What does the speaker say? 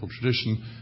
tradition